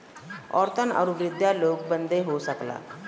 औरतन आउर वृद्धा लोग बदे हो सकला